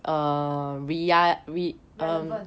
relevant